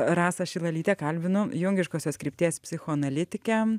rasą šilalytę kalbinu jungiškosios krypties psichoanalitikę